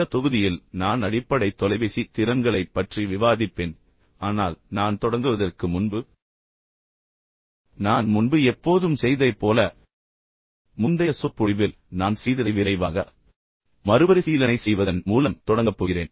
இந்த தொகுதியில் நான் அடிப்படை தொலைபேசி திறன்களைப் பற்றி விவாதிப்பேன் ஆனால் நான் தொடங்குவதற்கு முன்பு நான் முன்பு எப்போதும் செய்ததைப் போல முந்தைய சொற்பொழிவில் நான் செய்ததை விரைவாக மறுபரிசீலனை செய்வதன் மூலம் தொடங்கப் போகிறேன்